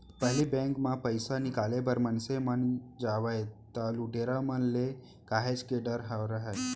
पहिली बेंक म पइसा निकाले बर मनसे मन जावय त लुटेरा मन ले काहेच के डर राहय